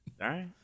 right